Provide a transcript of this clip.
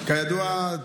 כידוע,